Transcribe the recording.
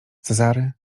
cezary